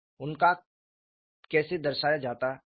उनका कैसे दर्शाया जाता है